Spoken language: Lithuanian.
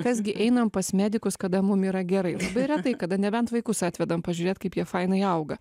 kas gi einam pas medikus kada mum yra gerai retai kada nebent vaikus atvedam pažiūrėt kaip jie fainai auga